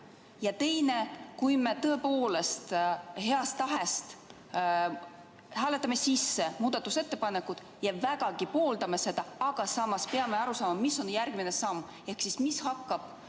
teine, kui me tõepoolest heast tahtest hääletame sisse muudatusettepanekud ja vägagi pooldame neid, aga samas peame aru saama, mis on järgmine samm, ehk siis mis hakkab